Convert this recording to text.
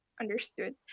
understood